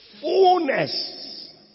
fullness